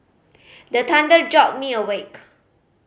the thunder jolt me awake